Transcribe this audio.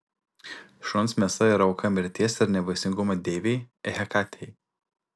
šuns mėsa yra auka mirties ir nevaisingumo deivei hekatei